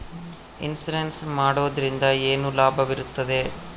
Insurance ಮಾಡೋದ್ರಿಂದ ಏನು ಲಾಭವಿರುತ್ತದೆ?